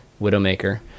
Widowmaker